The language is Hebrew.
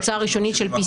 אצלנו.